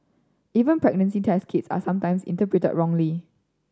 even pregnancy test kits are sometimes interpreted wrongly